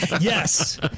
yes